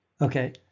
okay